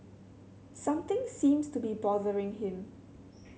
something seems to be bothering him